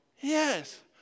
Yes